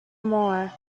more